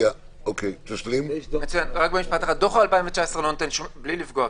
מבלי לפגוע,